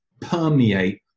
permeate